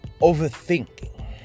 overthinking